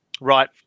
Right